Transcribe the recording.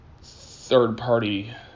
third-party